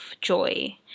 joy